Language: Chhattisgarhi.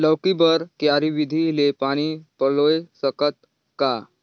लौकी बर क्यारी विधि ले पानी पलोय सकत का?